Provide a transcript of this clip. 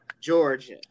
Georgia